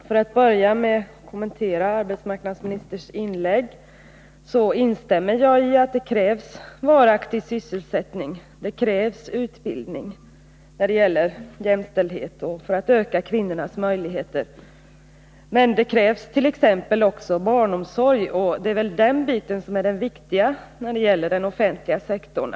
Herr talman! Jag instämmer i att det för att öka kvinnors jämställdhet i arbetslivet krävs både en varaktig sysselsättning och utbildning. Men det krävs också t.ex. barnomsorg, och det är den biten som är viktig när det gäller den offentliga sektorn.